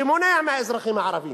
מונע מהאזרחים הערבים,